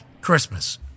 Christmas